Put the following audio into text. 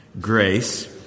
grace